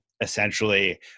essentially